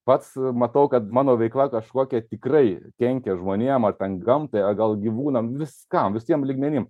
pats matau kad mano veikla kažkokia tikrai kenkia žmonėm ar ten gamtai o gal gyvūnam viskam visiem lygmenim